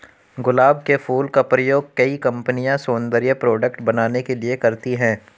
गुलाब के फूल का प्रयोग कई कंपनिया सौन्दर्य प्रोडेक्ट बनाने के लिए करती है